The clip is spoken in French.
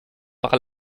par